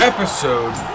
Episode